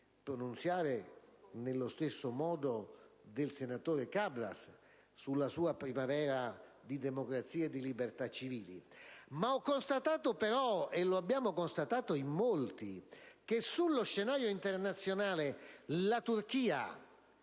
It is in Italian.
pronunciare nello stesso modo del senatore Cabras sulla sua primavera di democrazia e di libertà civili, ma ho constatato però - lo abbiamo constatato in molti - che sullo scenario internazionale la Turchia,